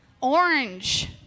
orange